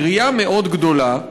מעירייה מאוד גדולה,